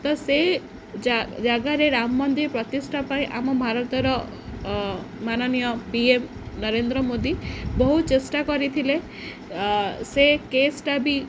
ତ ସେ ଜା ଜାଗାରେ ରାମ ମନ୍ଦିର ପ୍ରତିଷ୍ଠା ପାଇଁ ଆମ ଭାରତର ମାନନୀୟ ପି ଏମ୍ ନରେନ୍ଦ୍ର ମୋଦି ବହୁ ଚେଷ୍ଟା କରିଥିଲେ ସେ କେସ୍ଟା ବି